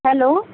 hello